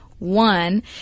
One